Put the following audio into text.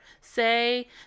say